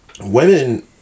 women